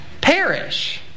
perish